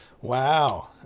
wow